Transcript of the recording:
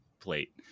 plate